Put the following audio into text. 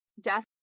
death